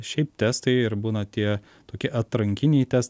šiaip testai ir būna tie tokie atrankiniai testai